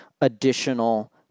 additional